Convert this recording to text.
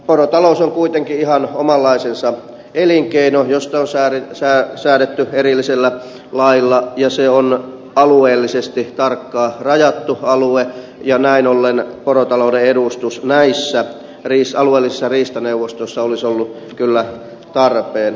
porotalous on kuitenkin ihan omanlaisensa elinkeino josta on säädetty erillisellä lailla ja se on alueellisesti tarkka rajattu alue ja näin ollen porotalouden edustus näissä alueellisissa riistaneuvostoissa olisi ollut kyllä tarpeen